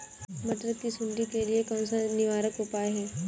मटर की सुंडी के लिए कौन सा निवारक उपाय है?